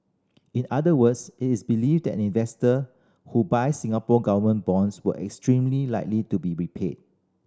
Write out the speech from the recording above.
in other words it is believe that investor who buys Singapore Government bonds will extremely likely be repaid